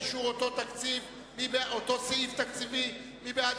אישור אותו סעיף תקציבי: מי בעד,